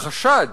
החשד,